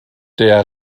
der